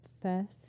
first